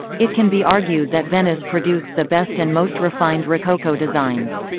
it can be argued that venice produced the best and most refined rococo designs.